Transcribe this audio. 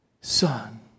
Son